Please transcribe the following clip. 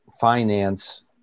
finance